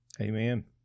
Amen